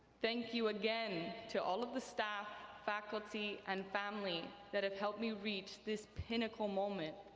thank you again to all of the staff, faculty, and family that have helped me reach this pinnacle moment.